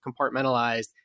compartmentalized